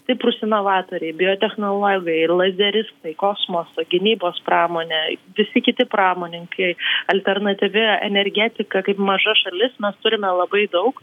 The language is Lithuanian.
stiprūs inovatoriai biotechnologai ir lazeristai kosmoso gynybos pramonė visi kiti pramonininkai alternatyvi energetika kaip maža šalis mes turime labai daug